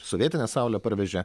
sovietinę saulę parvežė